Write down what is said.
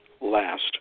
last